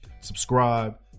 Subscribe